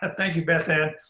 ah thank you, beth ann.